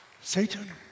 Satan